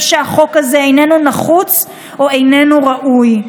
שהחוק הזה אינו נחוץ או אינו ראוי.